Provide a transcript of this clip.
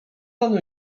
panu